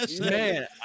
man